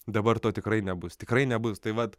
dabar to tikrai nebus tikrai nebus tai vat